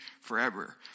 forever